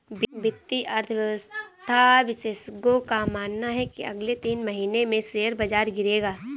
वित्तीय अर्थशास्त्र विशेषज्ञों का मानना है की अगले तीन महीने में शेयर बाजार गिरेगा